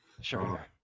Sure